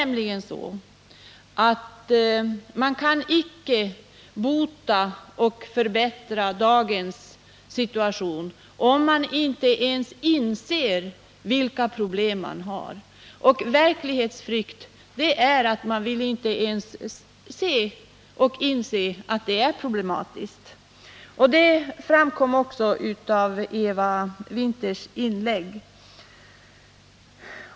Men man kan icke förbättra dagens situation, om man inte inser vilka problem man har. Verklighetsflykt innebär ju att man inte ens vill inse att situationen är problematisk. Detta framkom också i Eva Winthers inlägg.